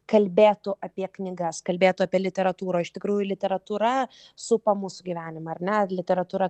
kalbėtų apie knygas kalbėtų apie literatūrą iš tikrųjų literatūra supa mūsų gyvenimą ar ne literatūra